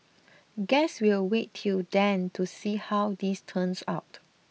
guess we'll wait till then to see how this turns out